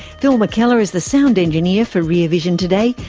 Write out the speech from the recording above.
phil mckellar is the sound engineer for rear vision today.